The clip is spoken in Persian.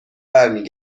برمی